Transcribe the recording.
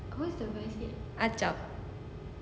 acap